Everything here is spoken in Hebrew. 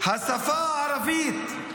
השפה הערבית,